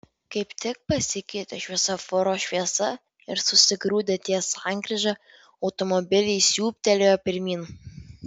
kaip tik pasikeitė šviesoforo šviesa ir susigrūdę ties sankryža automobiliai siūbtelėjo pirmyn